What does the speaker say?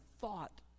thought